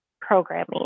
programming